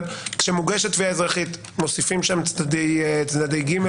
אבל כשמוגשת תביעה אזרחית מוסיפים שם צדדי ג'?